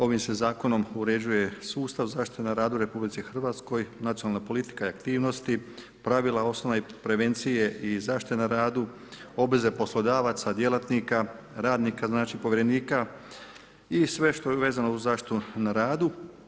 Ovim se zakonom uređuje sustav zaštite na radu u Republici Hrvatskoj, nacionalna politika i aktivnosti, pravila osnovne prevencije i zaštite na radu, obveze poslodavaca, djelatnika, radnika znači, povjerenika i sve što je vezano uz zaštitu na radu.